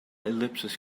ellipses